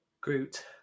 Groot